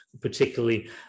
particularly